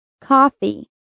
Coffee